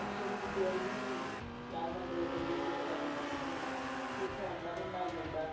अक्षय तृतिया ही बी शैल मंदरे जाइयै पूजा पाजा कीती जन्दी फिर सौन दा म्हीना आई जंदा